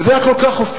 וזה היה כל כך אופייני?